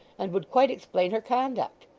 and would quite explain her conduct.